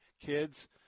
kids